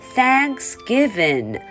Thanksgiving